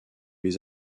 les